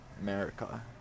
America